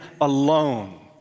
alone